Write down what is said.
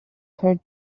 her